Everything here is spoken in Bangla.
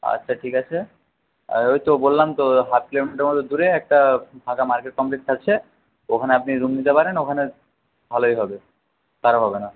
আচ্ছা ঠিক আছে আর ওই তো বললাম তো হাফ কিলোমিটার মত দূরে একটা ফাঁকা মার্কেট কমপ্লেক্স আছে ওখানে আপনি রুম নিতে পারেন ওখানে ভালোই হবে খারাপ হবে না